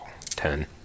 ten